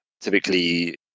typically